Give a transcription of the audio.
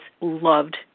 loved